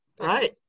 Right